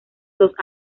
los